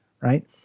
Right